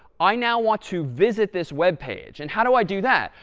i now want to visit this web page. and how do i do that?